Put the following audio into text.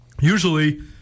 Usually